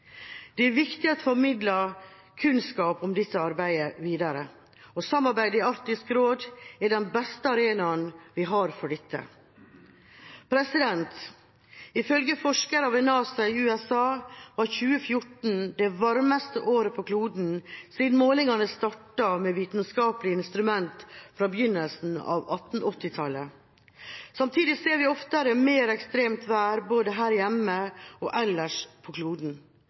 Det er viktig at vi formidler kunnskapen om dette videre, og samarbeidet i Arktisk råd er den beste arenaen vi har for dette. Ifølge forskere ved NASA i USA var 2014 det varmeste året på kloden siden målingene startet med vitenskapelige instrumenter på begynnelsen av 1880-tallet. Samtidig ser vi oftere mer ekstremt vær, både her hjemme og ellers på kloden.